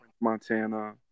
Montana